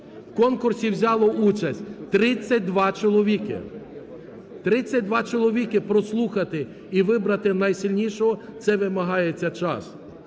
У конкурсі взяло участь 32 чоловіки. 32 чоловіки прослухати і вибрати найсильнішого – це вимагається час.